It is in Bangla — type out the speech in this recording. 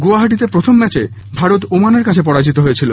গুয়াহাটিতে প্রথম ম্যাচে ভারত ওমানের কাছে পরাজিত হয়েছিল